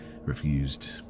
refused